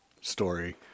story